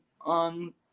on